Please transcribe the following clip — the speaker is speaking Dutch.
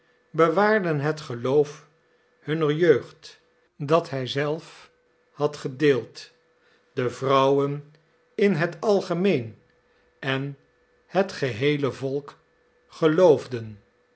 bewaarden het geloof hunner jeugd dat hij zelf had gedeeld de vrouwen in het algemeen en het geheele volk geloofden